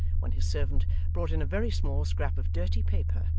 when his servant brought in a very small scrap of dirty paper,